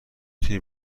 تونی